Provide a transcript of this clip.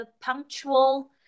punctual